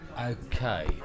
okay